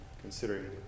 considering